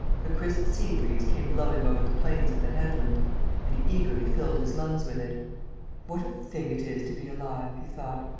the crisp sea-breeze came blowing over the plains of the headland and he eagerly filled his lungs with it what a thing it is to be alive! he thought.